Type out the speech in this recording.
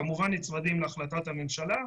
כמובן נצמדים להחלטת הממשלה,